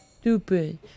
Stupid